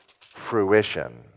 fruition